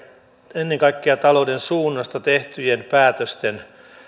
ennen kaikkea talouden suunnasta tehtyjen päätösten